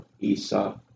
Esau